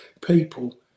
people